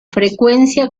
frecuencia